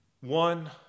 one